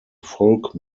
folk